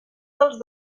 dels